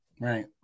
right